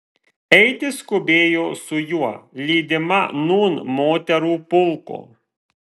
eiti skubėjo su juo lydima nūn moterų pulko